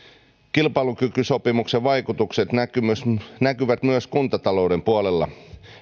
kilpailukykysopimuksen vaikutukset näkyvät myös kuntatalouden puolella